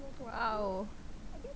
!wow!